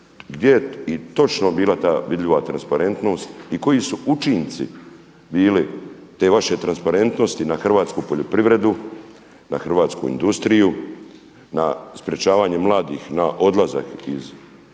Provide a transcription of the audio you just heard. gdje je točno bila ta vidljiva transparentnost i koji su učinci bili te vaše transparentnosti na hrvatsku poljoprivredu, na hrvatsku industriju, na sprječavanje mladih na odlazak iz ruralnih